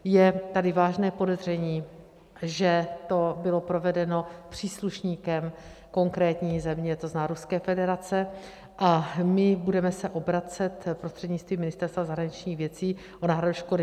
Je tady vážné podezření, že to bylo provedeno příslušníkem konkrétní země, to znamená Ruské federace, a budeme se obracet prostřednictvím Ministerstva zahraničních věcí o náhradu škody.